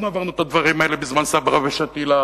אנחנו עברנו את הדברים האלה בזמן סברה ושתילה,